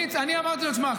אני אמרתי לו: שמע,